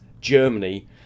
Germany